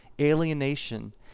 alienation